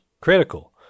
critical